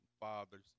fathers